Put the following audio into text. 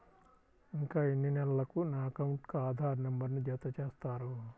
ఇంకా ఎన్ని నెలలక నా అకౌంట్కు ఆధార్ నంబర్ను జత చేస్తారు?